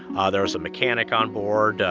ah there was a mechanic onboard,